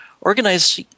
organized